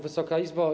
Wysoka Izbo!